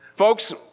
Folks